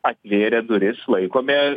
atvėrę duris laikome